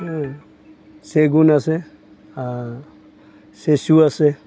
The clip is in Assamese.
চেগুন আছে চেচু আছে